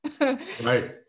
right